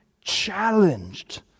challenged